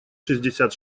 шестьдесят